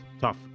Tough